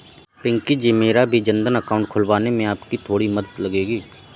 पिंकी जी मेरा भी जनधन अकाउंट खुलवाने में आपकी थोड़ी मदद लगेगी